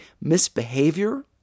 misbehavior